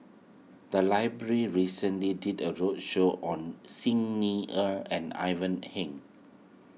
the library recently did a roadshow on Xi Ni Er and Ivan Heng